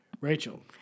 Rachel